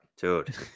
dude